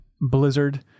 Blizzard